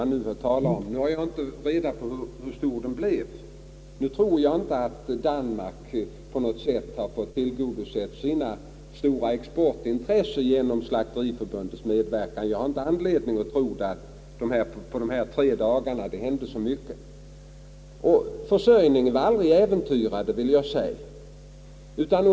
Jag har visserligen inte reda på hur stor den blev, men jag tror inte att Danmark på något sätt har kunnat tillgodose sina stora exportintressen med Slakteriförbundets medverkan. Jag har ingen anledning att tro att det på dessa tre dagar hänt så mycket — försörjningen med kött var aldrig äventyrad.